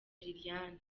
liliane